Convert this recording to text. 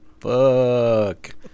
fuck